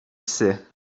psy